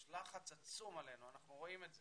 יש לחץ עצום עלינו ואנחנו רואים את זה.